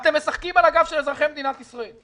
אתם משחקים על הגב של אזרחי מדינת ישראל.